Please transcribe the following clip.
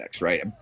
right